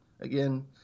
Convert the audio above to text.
again